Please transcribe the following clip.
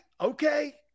Okay